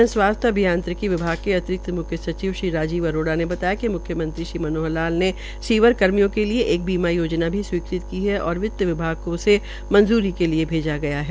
जन स्वास्थ्य अभियांत्रिकी विभाग के अतिरिक्त म्ख्य सचिव श्री राजीव अरोड़ा ने बताया कि म्ख्य मंत्री श्री मनोहर लाल ने सीवर कर्मियों के लिए एक बीमा योजना भी स्वीकृत की है और वित्त विभाग को उसे मंजूरी के लिए भेजा गया है